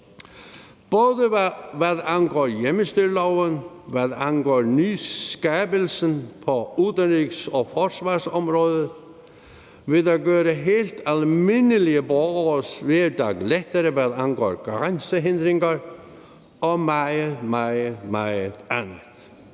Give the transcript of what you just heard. både hvad angår hjemmestyreloven, og hvad angår nyskabelsen på uddannelses- og forsvarsområdet, og ved at gøre helt almindelige borgeres hverdag lettere, hvad angår grænsehindringer, og meget, meget andet.